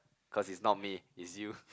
cause it's not me is you